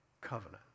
covenant